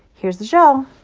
here's the show